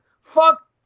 Fuck